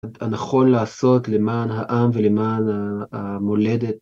הנכון לעשות למען העם ולמען המולדת.